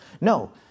No